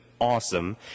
awesome